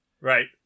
Right